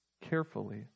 carefully